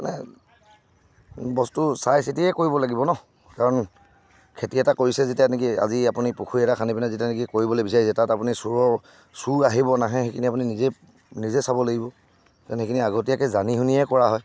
মানে বস্তু চাই চিতিয়ে কৰিব লাগিব ন কাৰণ খেতি এটা কৰিছে যেতিয়া নেকি আজি আপুনি পুখুৰী এটা খান্দি পিনে যেতিয়া নেকি কৰিবলৈ বিচাৰিছে তাত আপুনি চোৰৰ চোৰ আহিব নাহে সেইখিনি আপুনি নিজেই নিজে চাব লাগিব কাৰণ সেইখিনি আগতীয়াকৈ জানি শুনিহে কৰা হয়